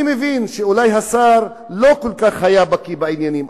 אני מבין שאולי השר לא כל כך היה בקי בעניינים,